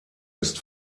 ist